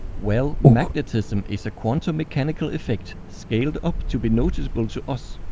well, magnetism is a quantum-mechanical effect scaled up to be noticeable to us.